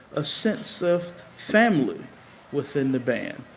a sense of family within the band.